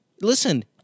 Listen